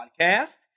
podcast